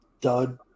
dud